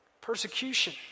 persecution